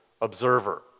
observer